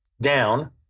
down